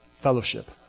fellowship